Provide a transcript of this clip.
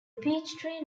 peachtree